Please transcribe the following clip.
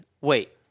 Wait